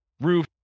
roof